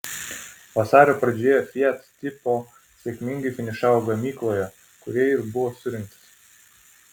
vasario pradžioje fiat tipo sėkmingai finišavo gamykloje kurioje ir buvo surinktas